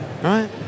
right